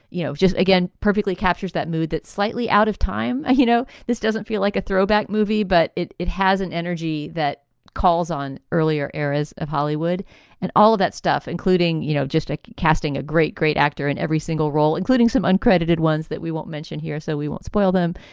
you know, just again, perfectly captures that mood, that slightly out of time. i know this doesn't feel like a throwback movie, but it it has an energy that calls on earlier eras of hollywood and all of that stuff, including, you know, just like casting a great, great actor in every single role, including some uncredited ones that we won't mention here. so we won't spoil them.